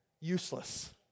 useless